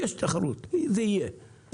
יש תחרות וזה יהיה.